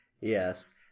yes